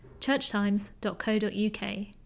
churchtimes.co.uk